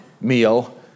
meal